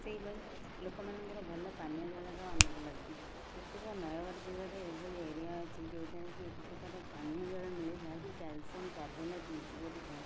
ସେହିଭଳି ଲୋକମାନଙ୍କର ଭଲ ପାନୀୟ ଜଳର ଅନୁପଲବ୍ଧି କେତେକ ନୟାଗଡ଼ ଜିଲ୍ଲାରେ ଏହିଭଳି ଏରିଆ ଅଛି ଯେଉଁଠାରେକି ଏକ ପ୍ରକାରର ପାନୀୟ ଜଳ ମିଳେ ଯାହାକି କ୍ୟାଲ୍ସିୟମ କାର୍ବୋନେଟ ମିଶିକରି ଥାଏ